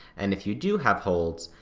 and, if you do have holds,